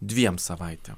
dviem savaitėm